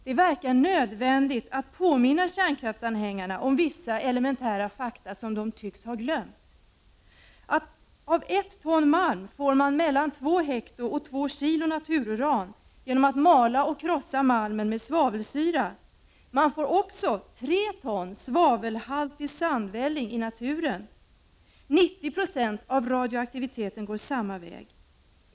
Det verkar nödvändigt att påminna kärnkraftsanhängarna om vissa elementära fakta som de tycks ha glömt. Av ett ton malm får man mellan 2 hg och 2 kg natururan genom att mala och krossa malmen med svavelsyra. Man får också 3 ton svavelhaltig sandvälling i naturen. 90 96 av radioaktiviteten går samma väg.